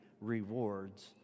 rewards